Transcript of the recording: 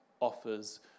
offers